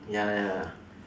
ya ya ya